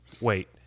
Wait